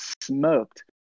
smoked